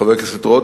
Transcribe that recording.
חבר הכנסת רותם,